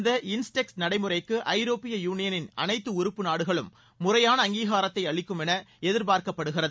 இந்த இன்ஸ்டெக்ஸ் நடைமுறைக்கு ஐரோப்பிய யூனியனின் அனைத்து உறுப்பு நாடுகளும் முறையான அங்கீகாரத்தை அளிக்கும் என எதிர்பார்க்கப்படுகிறது